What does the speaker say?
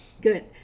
good